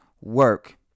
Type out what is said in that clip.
work